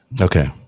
Okay